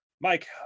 Mike